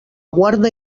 guarda